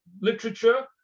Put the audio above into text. literature